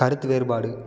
கருத்து வேறுபாடு